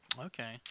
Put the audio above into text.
Okay